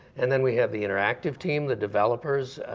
and then we have the interactive team, the developers.